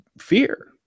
fear